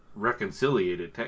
reconciliated